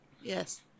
Yes